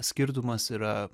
skirtumas yra